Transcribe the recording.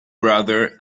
brother